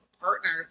partners